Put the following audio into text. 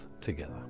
together